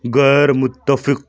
غیرمتفق